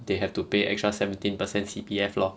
they have to pay extra seventeen percent C_P_F lor